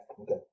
okay